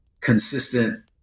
Consistent